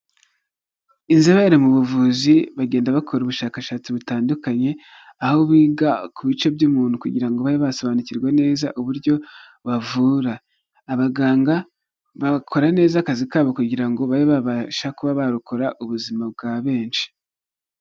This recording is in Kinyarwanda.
Inzobere mu buvuzi bagenda bakora ubushakashatsi butandukanye, aho biga ku bice by'umuntu kugira ngo babe basobanukirwe neza uburyo bavura, abaganga bakora neza akazi kabo kugira ngo babe babasha kuba barokora ubuzima bwa benshi.